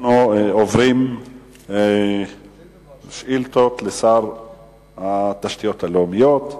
אנחנו עוברים לשאילתות לשר התשתיות הלאומיות.